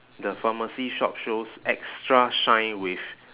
the pharmacy shop shows extra shine with